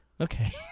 Okay